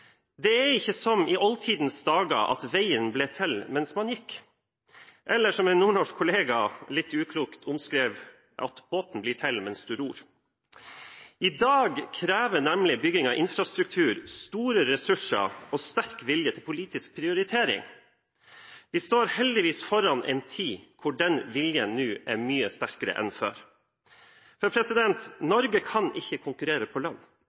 Det er ikke som i oldtidens dager: at veien ble til mens man gikk – eller som en nordnorsk kollega litt uklokt omskrev det, at båten blir til mens du ror. I dag krever nemlig bygging av infrastruktur store ressurser og sterk vilje til politisk prioritering. Vi står heldigvis foran en tid hvor den viljen er mye sterkere enn før. Norge kan ikke konkurrere på lønn,